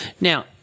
Now